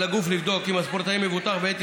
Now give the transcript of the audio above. על הגוף לבדוק אם הספורטאי מבוטח בעת